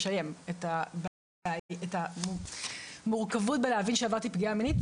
את המורכבות בלהבין שעברתי פגיעה מינית,